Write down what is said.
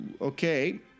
Okay